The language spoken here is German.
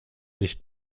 nicht